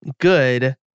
good